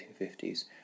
1950s